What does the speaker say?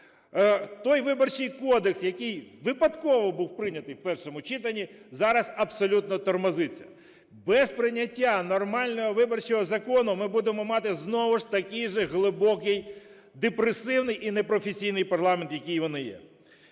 Той Виборчий кодекс, який випадково був прийнятий у першому читанні, зараз абсолютно "тормозиться". Без прийняття нормального виборчого закону ми будемо мати знову ж такий же глибоко депресивний і непрофесійний парламент, який він є.